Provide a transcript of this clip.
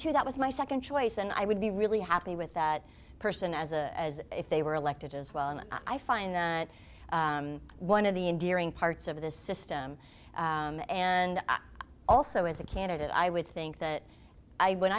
too that was my nd choice and i would be really happy with that person as a as if they were elected as well and i find that one of the endearing parts of the system and also as a candidate i would think that